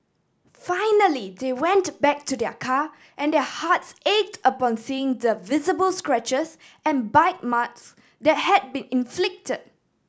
finally they went back to their car and their hearts ached upon seeing the visible scratches and bite marks that had been inflicted